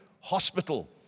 hospital